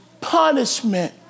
punishment